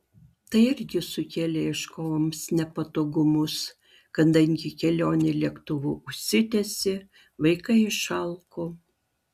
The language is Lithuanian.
tai irgi sukėlė ieškovams nepatogumus kadangi kelionė lėktuvu užsitęsė vaikai išalko